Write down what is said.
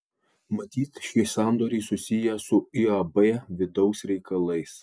matyt šie sandoriai susiję su iab vidaus reikalais